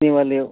ನೀವಲ್ಲಿ